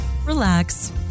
relax